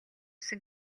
сан